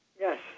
Yes